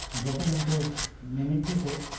broken into many pieces.